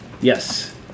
Yes